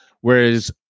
Whereas